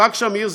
יצחק שמיר,